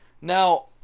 Now